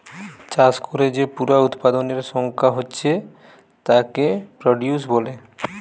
চাষ কোরে যে পুরা উৎপাদনের সংখ্যা হচ্ছে তাকে প্রডিউস বলে